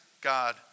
God